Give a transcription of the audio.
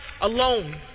alone